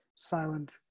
silent